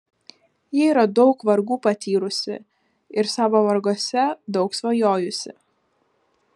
ji yra daug vargų patyrusi ir savo varguose daug svajojusi